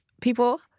people